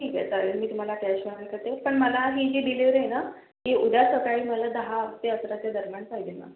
ठीक आहे चालेल मी तुम्हाला कॅश ऑन करते पण मला ही जी डिलीवरी आहे ना ती उद्या सकाळी मला दहा ते अकराच्या दरम्यान पाहिजेल मॅम